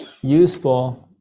useful